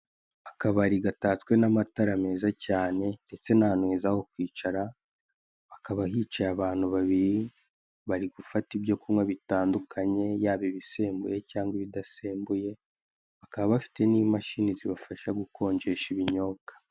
Akabari gatatswe n'amatara meza cyane ndetse n'ahantu heza ho kwicara, hakaba hicaye abantu babiri, bari gufata ibyo kunywa bitandukanye yaba ibisembuye cyangwa ibidasembuye, bakaba bafite n'imashini zibafasha gukonjesha ibinyobwa.